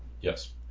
yes